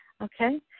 Okay